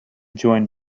join